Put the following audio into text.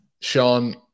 Sean